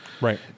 Right